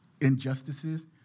injustices